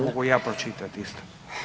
Mogu ja pročitat isto?